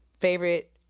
favorite